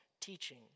teaching